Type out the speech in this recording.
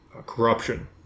Corruption